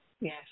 Yes